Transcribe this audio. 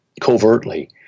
Covertly